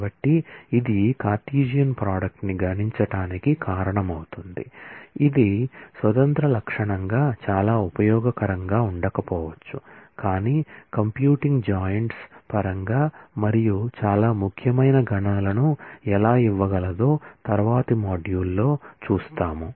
కాబట్టి ఇది Cartesian product ని గణించటానికి కారణమవుతుంది ఇది స్వతంత్ర లక్షణంగా చాలా ఉపయోగకరంగా ఉండకపోవచ్చు కాని కంప్యూటింగ్ జాయింట్స్ పరంగా మరియు చాలా ముఖ్యమైన గణనలను ఎలా ఇవ్వగలదో తరువాతి మాడ్యూల్లో చూస్తాము